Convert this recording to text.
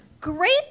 Great